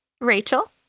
Rachel